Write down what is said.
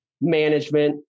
management